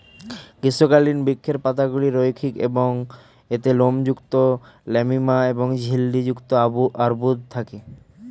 গ্রীষ্মকালীন বৃক্ষের পাতাগুলি রৈখিক এবং এতে লোমযুক্ত ল্যামিনা এবং ঝিল্লি যুক্ত অর্বুদ থাকে